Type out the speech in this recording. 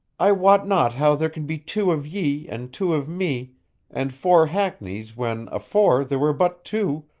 i wot not how there can be two of ye and two of me and four hackneys when afore there were but two,